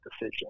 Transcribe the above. decision